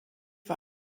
war